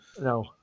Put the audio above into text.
No